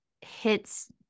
hits